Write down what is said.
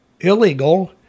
illegal